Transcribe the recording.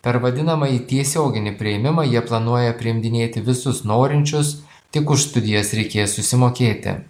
per vadinamąjį tiesioginį priėmimą jie planuoja priimdinėti visus norinčius tik už studijas reikės susimokėti